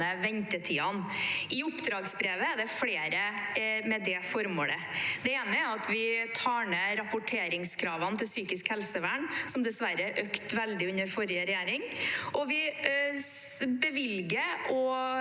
ventetidene – i oppdragsbrevet er det flere med det formålet. Det ene er at vi tar ned rapporteringskravene til psykisk helsevern, som dessverre økte veldig under forrige regjering, og vi både